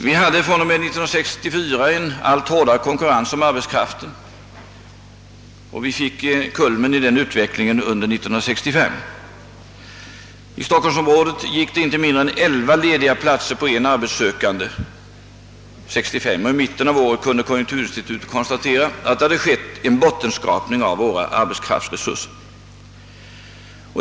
Vi hade fr.o.m. 1964 en allt hårdare konkurrens om arbetskraften. Kulmen i den utvecklingen kom under 1965. I stockholmsområdet gick år 1965 inte mindre än 11 lediga platser på en arbetsökande. Och i mitten av året kunde konjunkturinstitutet konstatera att det hade skett en bottenskrapning av våra arbetskraftsresurser.